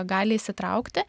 gali įsitraukti